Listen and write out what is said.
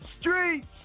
Streets